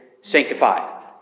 sanctified